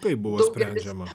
taip buvo sprendžiama